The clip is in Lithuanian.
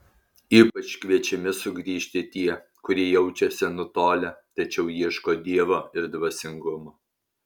ypač kviečiami sugrįžti tie kurie jaučiasi nutolę tačiau ieško dievo ir dvasingumo